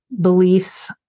beliefs